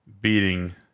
beating